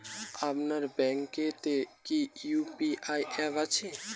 আপনার ব্যাঙ্ক এ তে কি ইউ.পি.আই অ্যাপ আছে?